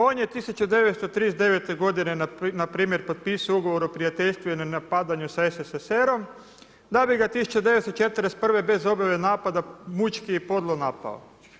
On je 1939. godine, npr. potpisao ugovor o prijateljstvu i nenapadanju sa SSSR-om, da bi ga 1941. bez objave napada mučki i podlo napao.